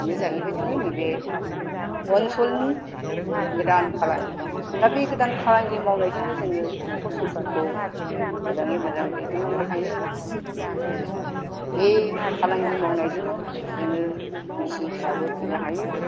बेनो जाहैबाय जोंनि नैबे ओनसोलनि गोदान फालांगि दा बे गोदान फालांगि मावनायजोंनो जोङो नखर संसारखौ मोजाङै मोजां दैदेन लांनो हायो आरो बे फालांगि मावनायजोंनो जोङो बिसि फिसाबो फिसिनो हायो